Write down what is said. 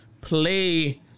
Play